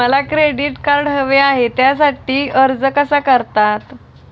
मला credit card हवे आहे त्यासाठी अर्ज कसा करतात?